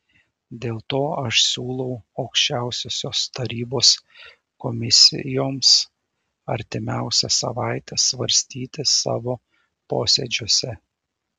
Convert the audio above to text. dėl to aš siūlau aukščiausiosios tarybos komisijoms artimiausią savaitę svarstyti savo posėdžiuose